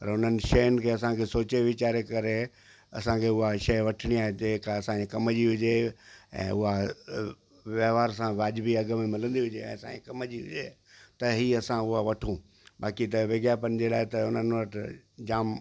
पर उन्हनि शयुनि खे असांखे सोचे वीचारे करे असांखे उहा शइ वठिणी आहे हिते का असांजे कम जी हुजे ऐं उहा व्यवहार सां वाजिबी अघ में मिलंदी हुजे ऐं असांजे कम जी हुजे त ही असां हू वठूं बाक़ी त विज्ञापन जे लाइ त उन्हनि वटि जाम